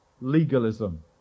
Legalism